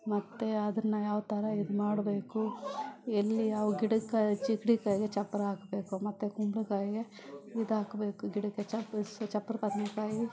ಮತ್ತು ಅದನ್ನು ಯಾವ್ಥರ ಇದುಮಾಡ್ಬೇಕು ಎಲ್ಲಿ ಯಾವ ಗಿಡಕ್ಕೆ ಚಿಗ್ಡಿಕಾಯಿಗೆ ಚಪ್ಪರ ಹಾಕ್ಬೇಕು ಮತ್ತು ಕುಂಬಳಕಾಯಿಗೆ ಇದು ಹಾಕ್ಬೇಕು ಗಿಡಕ್ಕೆ ಚಪ್ ಚಪ್ಪರ ಬದನೇಕಾಯಿ